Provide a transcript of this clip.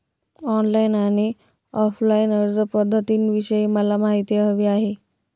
online आणि offline अर्जपध्दतींविषयी मला माहिती हवी आहे